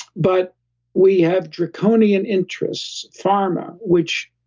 but we have draconian interests, pharma, which,